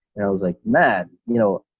and i was like, man, you know,